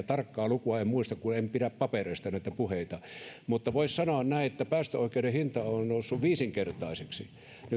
tarkkaa lukua en muista kun en pidä papereista näitä puheita mutta voisi sanoa näin että päästöoikeuden hinta on noussut viisinkertaiseksi